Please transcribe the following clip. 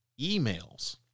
emails